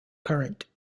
current